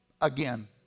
again